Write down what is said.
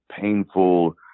painful